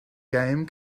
game